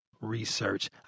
research